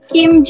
Kim